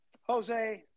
Jose